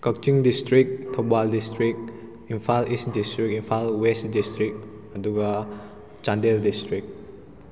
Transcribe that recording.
ꯀꯛꯆꯤꯡ district Thoubal district Imphal east district Imphal west district ꯑꯗꯨꯒ Chandel district